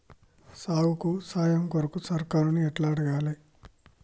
సాగుకు సాయం కొరకు సర్కారుని ఎట్ల అడగాలే?